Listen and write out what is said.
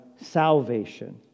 salvation